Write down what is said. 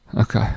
Okay